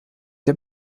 der